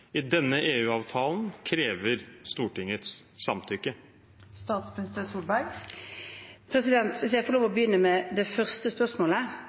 i denne EU-avtalen krever Stortingets samtykke? Hvis jeg får lov å begynne med det første spørsmålet,